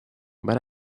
but